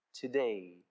today